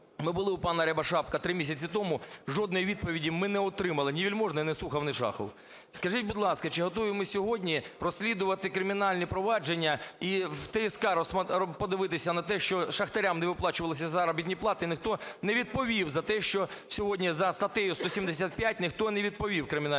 Ми були у пана Рябошапки 3 місяці тому. Жодної відповіді ми не отримали. Ні Вельможний, ні Сухов, ні Шахов. Скажіть, будь ласка, чи готові ми сьогодні розслідувати кримінальні провадження і в ТСК подивитися на те, що шахтарям не виплачувалися заробітні плати? Ніхто не відповів за те, що сьогодні за статтею 175 ніхто не відповів Кримінального кодексу.